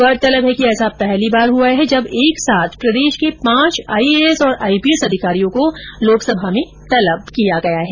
गौरतलब है कि ऐसा पहली बार हुआ है जब एक साथ प्रदेश के पांच आईएएस और आईपीएस अधिकारियों को लोकसभा में तलब किया गया है